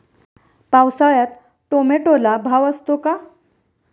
पावसाळ्यात टोमॅटोला भाव असतो का?